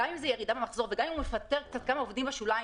גם אם יש לו ירידה במחזור וגם אם הוא יפטר כמה עובדים בשוליים,